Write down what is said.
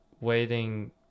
waiting